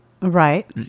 Right